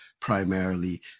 primarily